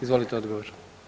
Izvolite odgovor.